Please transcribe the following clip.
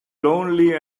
lonely